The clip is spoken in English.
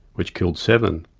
which killed seven.